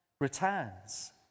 returns